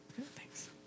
Thanks